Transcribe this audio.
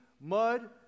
mud